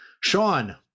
Sean